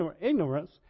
ignorance